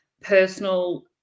personal